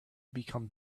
become